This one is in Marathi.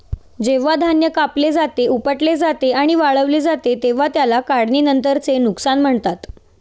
जेव्हा धान्य कापले जाते, उपटले जाते आणि वाळवले जाते तेव्हा त्याला काढणीनंतरचे नुकसान म्हणतात